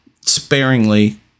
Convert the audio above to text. sparingly